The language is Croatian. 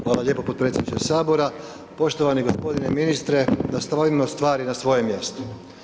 Hvala lijepo podpredsjedniče sabora, poštovani gospodine ministre, da stavimo stvari na svoje mjesto.